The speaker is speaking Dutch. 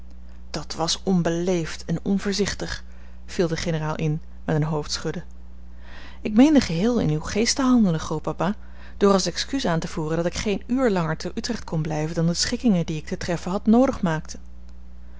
dat was onbeleefd en onvoorzichtig viel de generaal in met een hoofdschudden ik meende geheel in uw geest te handelen grootpapa door als excuus aan te voeren dat ik geen uur langer te utrecht kon blijven dan de schikkingen die ik te treffen had noodig